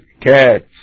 cats